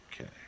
Okay